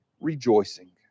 rejoicing